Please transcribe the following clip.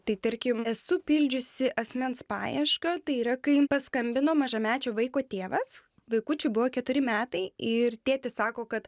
tai tarkim esu pildžiusi asmens paiešką tai yra kai paskambino mažamečio vaiko tėvas vaikučiui buvo keturi metai ir tėtis sako kad